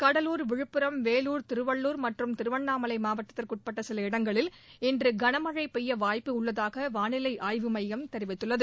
கடலூர் விழுப்புரம் வேலூர் திருவள்ளுர் மற்றும் திருவண்ணாமலை மாவட்டத்திற்கு உட்பட்ட சில இடங்களில் இன்று கனமழை பெய்ய வாய்ப்புள்ளதாக வானிலை ஆய்வு மையம் தெரிவித்துள்ளது